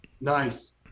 Nice